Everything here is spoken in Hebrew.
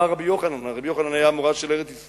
אמר רבי יוחנן" רבי יוחנן היה אמורא של ארץ-ישראל,